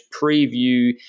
preview